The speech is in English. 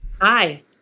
Hi